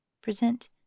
present